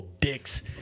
dicks